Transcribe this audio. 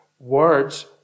Words